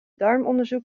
darmonderzoek